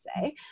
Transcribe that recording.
say